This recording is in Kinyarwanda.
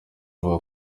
avuga